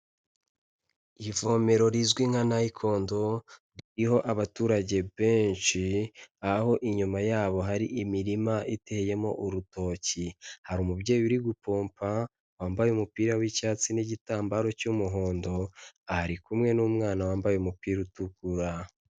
Ivomero rizwi nka nayikondo, ririho abaturage benshi, aho inyuma yabo hari imirima iteyemo urutoki, hari umubyeyi uri gupompa, wambaye umupira w'icyatsi n'igitambaro cy'umuhondo, ari kumwe n'umwana wambaye umupira utukura.